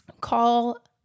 call